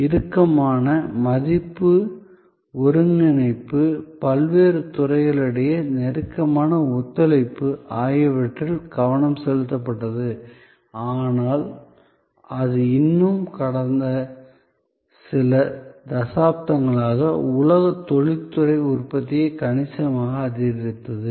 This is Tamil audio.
இறுக்கமான மதிப்பு ஒருங்கிணைப்பு பல்வேறு துறைகளிடையே நெருக்கமான ஒத்துழைப்பு ஆகியவற்றில் கவனம் செலுத்தப்பட்டது ஆனால் அது இன்னும் கடந்த சில தசாப்தங்களாக உலக தொழில்துறை உற்பத்தியை கணிசமாக அதிகரித்தது